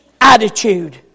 attitude